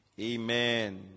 Amen